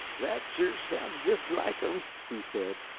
that sure sounds just like him, he said,